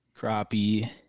crappie